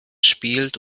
spielt